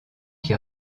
qui